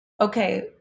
okay